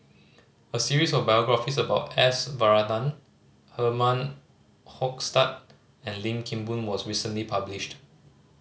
a series of biographies about S Varathan Herman Hochstadt and Lim Kim Boon was recently published